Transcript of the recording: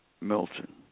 Milton